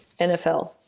NFL